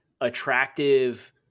attractive